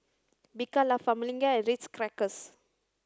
Bika La Famiglia and Ritz Crackers